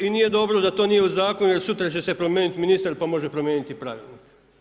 I nije dobro da to nije u zakonu jer sutra će se promijeniti ministar pa može promijeniti i pravilnik.